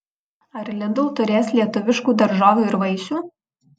ar lidl turės lietuviškų daržovių ir vaisių